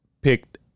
picked